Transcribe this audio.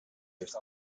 heeft